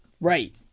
Right